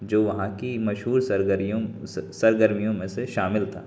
جو وہاں کی مشہور سرگرمیوں میں سے شامل تھا